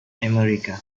america